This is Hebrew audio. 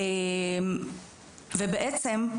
ובעצם,